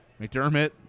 McDermott